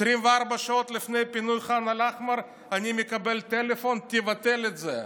24 שעות לפני פינוי ח'אן אל-אחמר אני מקבל טלפון: תבטל את זה.